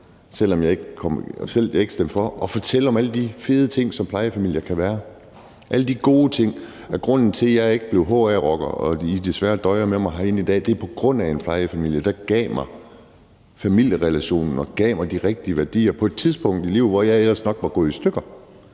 selv om jeg ikke stemmer for, og fortælle om alle de fede ting, som plejefamilier kan være, om alle de gode ting, om, at grunden til, at jeg ikke blev HA-rocker, og at I desværre døjer med mig herinde i dag, er en plejefamilie, der gav mig familierelationer og gav mig de rigtige værdier på et tidspunkt i livet, hvor jeg ellers nok var gået i stykker.